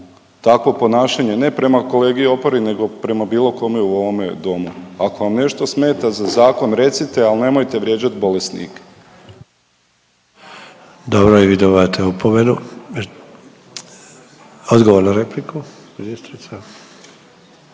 takvo ponašanje, ne prema kolegi Opari nego prema bilo kome u ovome domu? Ako vam nešto smeta za zakon recite, ali nemojte vrijeđati bolesnike. **Sanader, Ante (HDZ)** Dobro, i vi dobivate opomenu. Odgovor na repliku,